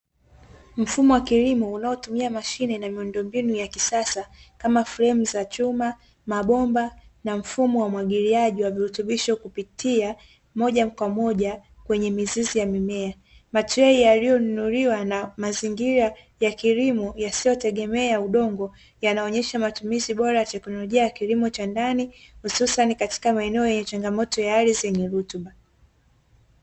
Mfumo wa kilimo unaotumia mashine na miundombinu ya kisasa kama fremu za chuma, mabomba na mfumo wa umwagiliaji wa virutubisho kupita moja kwa moja kwenye mizizi ya mimea. Matrei yaliyonunuliwa na mazingira ya kilimo yasiyotegemea udongo, yanaonesha matumizi bora ya teknolojia ya kilimo cha ndani hususani katika maeneo yenye changamoto ya ardhi yenye rutuba.